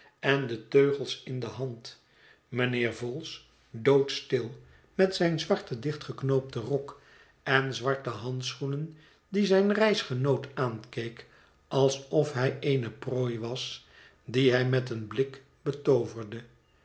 en de teugels in de hand mijnheer vholes doodstil met zijn zwarten dicht geknoopten rok en zwarte handschoenen die zijn reisgenoot aankeek alsof hij eene prooi was die hij met zijn blik betooverde